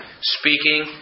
Speaking